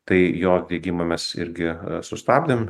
tai jo diegimą mes irgi sustabdėm